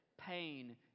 pain